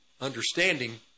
understanding